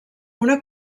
una